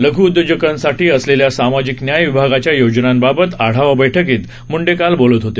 लघ्उद्योजकांसाठी असलेल्या सामाजिक न्याय विभागाच्या योजनांबाबत आढावा बैठकीत मुंडे काल बोलत होते